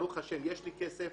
ברוך השם יש לו כסף,